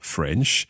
French